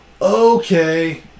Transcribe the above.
Okay